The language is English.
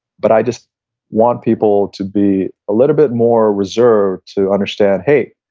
but i just want people to be a little bit more reserved to understand, hey,